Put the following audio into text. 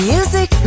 Music